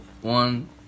One